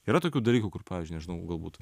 yra tokių dalykų kur pavyzdžiui nežinau galbūt